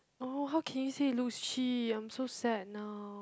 oh how can you say it looks cheap I'm so sad now